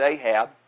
Ahab